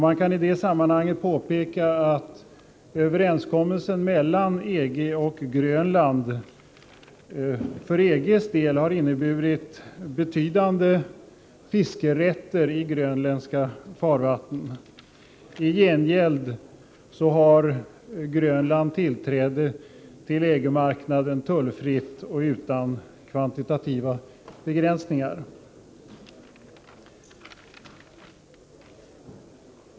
Man kan i detta sammanhang påpeka att överenskommelsen mellan EG och Grönland för EG:s del har inneburit betydande fiskerätter i grönländska farvatten. I gengäld har Grönland tillträde till EG-marknaden, tullfritt och utan kvantitativa begränsningar.